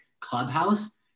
Clubhouse